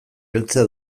heltzea